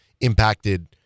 impacted